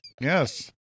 yes